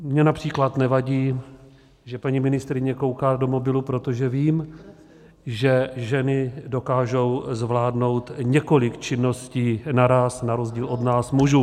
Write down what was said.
Mně například nevadí, že paní ministryně kouká do mobilu, protože vím, že ženy dokážou zvládnout několik činností naráz, na rozdíl od nás mužů.